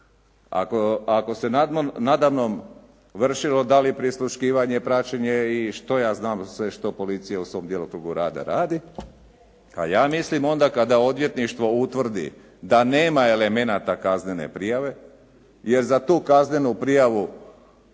ako se nada mnom vršilo da li prisluškivanje, praćenje i što ja znam sve što policija u svom djelokrugu rade radi, a ja mislim onda kada odvjetništvo utvrdi da nema elemenata kaznene prijave jer za tu kaznenu prijavu